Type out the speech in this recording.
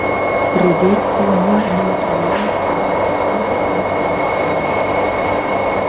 pradėčiau nuo neutralaus arba kitaip pilkojo scenarijaus